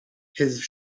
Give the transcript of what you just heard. his